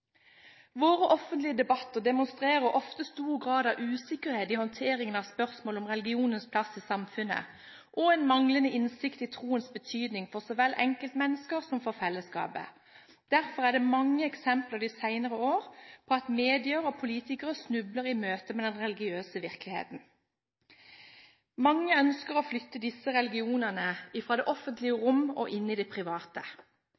Våre offentlige debatter demonstrerer ofte stor grad av usikkerhet i håndteringen av spørsmål om religionens plass i samfunnet, og en manglende innsikt i troens betydning for så vel enkeltmennesker som for fellesskapet. Derfor er det mange eksempler de senere år på at medier og politikere snubler i møtet med den religiøse virkeligheten. Mange ønsker å flytte disse religionene fra det offentlige